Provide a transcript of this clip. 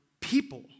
people